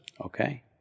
okay